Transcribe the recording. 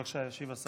בבקשה, ישיב השר.